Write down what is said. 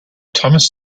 thomas